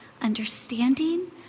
understanding